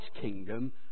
kingdom